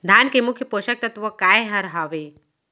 धान के मुख्य पोसक तत्व काय हर हावे?